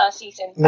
season